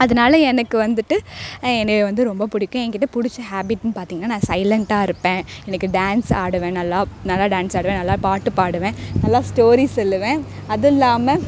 அதனால் எனக்கு வந்துட்டு என்னையை வந்து ரொம்ப பிடிக்கும் என்கிட்ட பிடிச்ச ஹாப்பிட்ன்னு பார்த்தீங்கன்னா நான் சைலெண்ட்டாக இருப்பேன் எனக்கு டான்ஸ் ஆடுவேன் நல்லா நல்லா டான்ஸ் ஆடுவேன் நல்லா பாட்டு பாடுவேன் நல்லா ஸ்டோரி சொல்லுவேன் அதுவும் இல்லாமல்